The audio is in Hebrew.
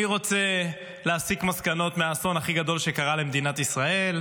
מי רוצה להסיק מסקנות מהאסון הכי גדול שקרה למדינת ישראל?